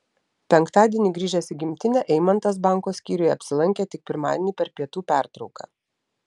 penktadienį grįžęs į gimtinę eimantas banko skyriuje apsilankė tik pirmadienį per pietų pertrauką